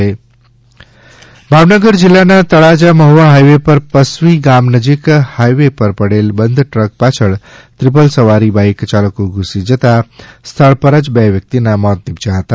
અકસ્માત ભાવનગર જિલ્લાના તળાજા મહ્વા હાઇવે પર પસ્વી ગામ નજીક હાઇવે પર પડેલ બંધ ટ્રક પાછળ ટ્રિપલ સવારી બાઈક યાલકો ધુસી જતાં સ્થળ પરજ બે વ્યક્તિનાં મોત નિપજ્યા હતા